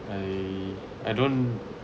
I I don't